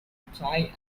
apply